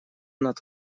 над